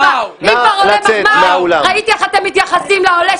אתה מבזה את החברה